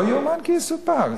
לא יאומן כי יסופר.